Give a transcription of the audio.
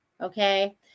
okay